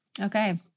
Okay